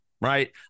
Right